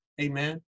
Amen